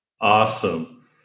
awesome